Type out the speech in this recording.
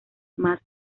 más